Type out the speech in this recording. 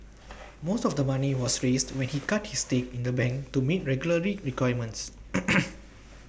most of the money was raised when he cut his stake in the bank to meet regulatory requirements